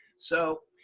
so,